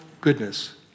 goodness